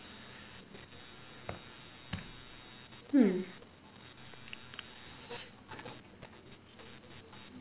hmm